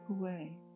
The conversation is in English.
away